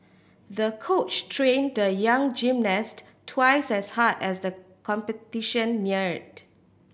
the coach trained the young gymnast twice as hard as the competition neared